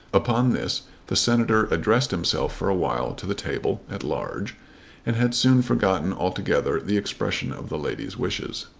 upon this the senator addressed himself for a while to the table at large and had soon forgotten altogether the expression of the lady's wishes.